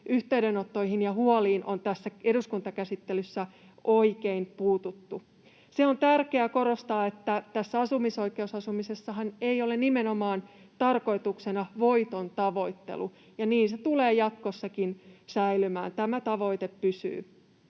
yhteydenottoihin ja huoliin on tässä eduskuntakäsittelyssä puututtu oikein. On tärkeää korostaa, että tässä asumisoikeusasumisessahan nimenomaan ei ole tarkoituksena voiton tavoittelu, ja se tulee jatkossakin säilymään, tämä tavoite pysyy.